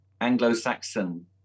Anglo-Saxon